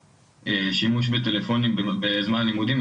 השימוש בטלפונים ניידים בזמן שעות הלימודים.